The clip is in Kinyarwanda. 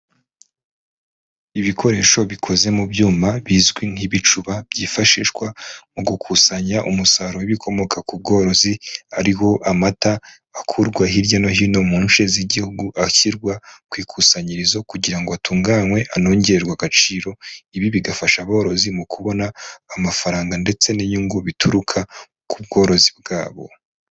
Ibikoresho bikoze mu byuma bizwi nk'ibicuba byifashishwa mu gukusanya umusaruro bikomoka ku bworozi, ariho amata akurwa hirya no hino mu nce z'igihugu ashyirwa ku ikusanyirizo kugira ngo atunganywe anongererwe agaciro, ibi bigafasha aborozi mu kubona amafaranga ndetse n'inyungu bituruka ku bworozi bwabo.